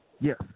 Yes